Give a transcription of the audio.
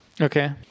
Okay